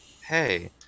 hey